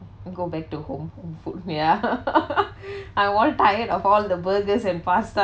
go back to home home food ya I'm all tired of all the burgers and pasta